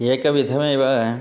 एकविधमेव